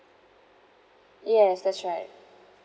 yes that's right